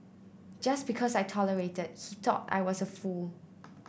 just because I tolerated he thought I was a fool